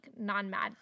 non-mad